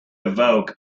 evoke